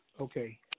Okay